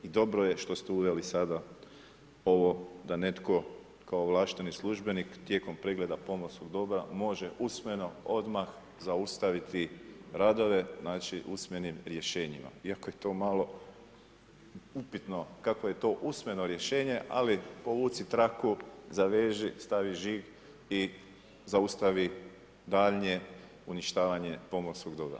I dobro je što ste uveli sada, ovo da netko kao ovlašteni službenik, tijekom pregleda pomorskog dobra, može usmeno, odmah, zaustaviti radove, znači usmenim rješenjima, iako je to malo upitno kako je to usmeno rješenje, ali povuci traku, zaveži, stavi žig i zaustavi daljnje uništavanje pomorskog dobra.